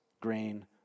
grain